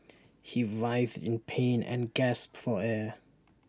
he writhed in pain and gasped for air